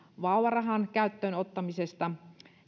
vauvarahan käyttöönottamisesta